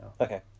Okay